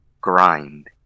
grind